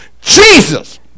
Jesus